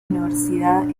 universidad